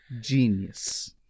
Genius